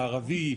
הערבי,